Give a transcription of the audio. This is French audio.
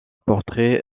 portrait